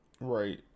Right